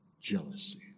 Jealousy